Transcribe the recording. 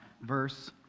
verse